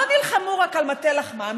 לא נלחמו רק על מטה לחמם,